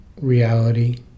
reality